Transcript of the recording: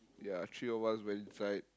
ya three of us went inside